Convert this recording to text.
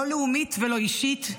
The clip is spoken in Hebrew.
לא לאומית ולא אישית,